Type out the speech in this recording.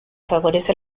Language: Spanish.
favorece